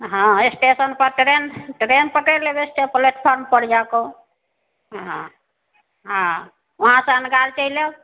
हँ स्टेशन पर train train पकड़ि लेबै प्लेटफार्म पर जाकऽ हँ हँ वहाँ सँ अनगार चइल आएब